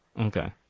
Okay